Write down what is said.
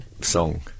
song